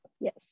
Yes